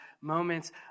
moments